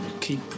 Keep